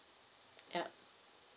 yup